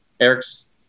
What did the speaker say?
Eric's